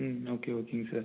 ம் ஓகே ஓகேங்க சார்